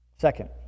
Second